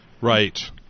Right